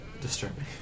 disturbing